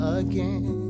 again